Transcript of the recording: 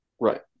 right